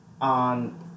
on